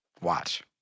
watch